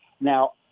Now